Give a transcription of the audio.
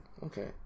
Okay